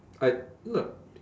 I no